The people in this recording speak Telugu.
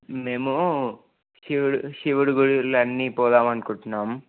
మేము శివుడు శివుడు గుళ్ళు అన్నీ పోదామని అనుకుంటున్నాం